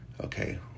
okay